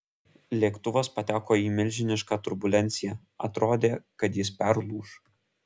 lėktuvas pateko į milžinišką turbulenciją atrodė kad jis perlūš